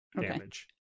damage